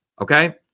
Okay